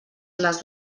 les